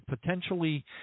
potentially